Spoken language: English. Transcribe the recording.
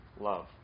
love